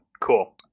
Cool